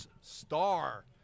Star